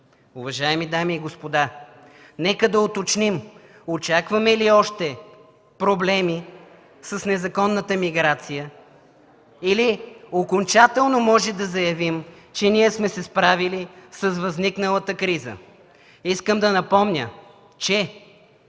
Уважаеми дами и господа, нека да уточним: очакваме ли още проблеми с незаконната миграция или окончателно можем да заявим, че сме се справили с възникналата криза? Искам да напомня, че